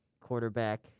quarterback